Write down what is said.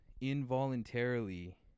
involuntarily